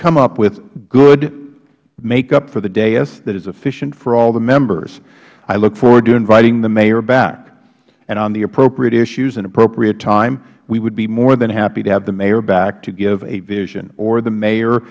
come up with good make up for the dais that is efficient for all the members i look forward to inviting the mayor back and on the appropriate issues and appropriate time we would be more than happy to have the mayor back to give a vision or the mayor